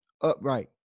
upright